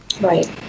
Right